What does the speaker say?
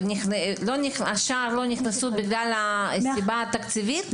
האם השאר לא נכנסו בגלל סיבה תקציבית?